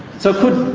so it could,